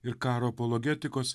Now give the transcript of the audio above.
ir karo apologetikos